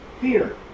fear